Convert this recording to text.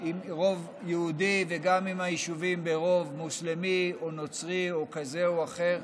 עם רוב יהודי וגם ביישובים עם רוב מוסלמי או נוצרי או כזה או אחר.